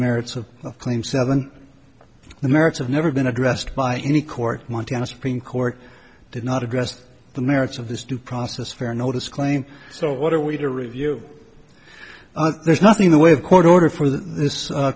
merits of the claim seven the merits of never been addressed by any court montana supreme court did not address the merits of this due process fair notice claim so what are we to review there's nothing in the way of court order for this